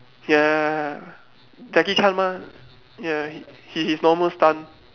ya Jackie Chan mah ya he his normal stunt